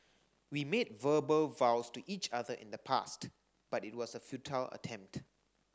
we made verbal vows to each other in the past but it was a futile attempt